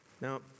Now